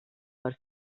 per